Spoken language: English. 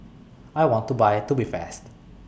I want to Buy Tubifast